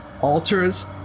altars